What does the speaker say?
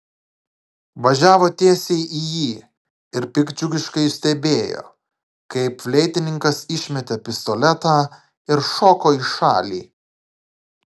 važiavo tiesiai į jį ir piktdžiugiškai stebėjo kaip fleitininkas išmetė pistoletą ir šoko į šalį